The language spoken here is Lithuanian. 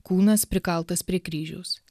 kūnas prikaltas prie kryžiaus